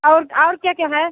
और और क्या क्या है